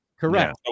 Correct